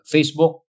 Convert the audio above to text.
Facebook